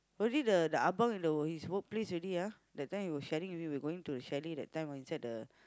already the the abang in the in his workplace already ah that time he was sharing with you we were going to the chalet that time ah inside the